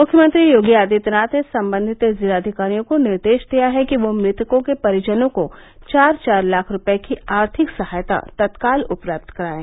मुख्यमंत्री योगी आदित्यनाथ ने सम्बन्धित जिलाधिकारियों को निर्देश दिया है कि वह मृतकों के परिजनों को चार चार लाख रूपये की आर्थिक सहायता तत्काल उपलब्ध करायें